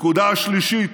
הנקודה השלישית,